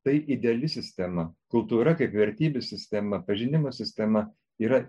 tai ideali sistema kultūra kaip vertybių sistema pažinimo sistema yra